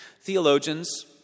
Theologians